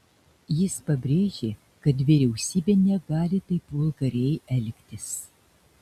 jis pabrėžė kad vyriausybė negali taip vulgariai elgtis